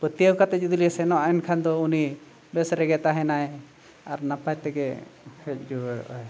ᱯᱟᱹᱛᱭᱟᱹᱣ ᱠᱟᱛᱮᱜ ᱡᱩᱫᱤᱞᱮ ᱥᱮᱱᱚᱜᱼᱟ ᱮᱱᱠᱷᱟᱱ ᱫᱚ ᱩᱱᱤ ᱵᱮᱥ ᱨᱮᱜᱮ ᱛᱟᱦᱮᱱᱟᱭ ᱟᱨ ᱱᱟᱯᱟᱭ ᱛᱮᱜᱮ ᱦᱮᱡ ᱡᱩᱣᱟᱹᱲᱚᱜᱼᱟᱭ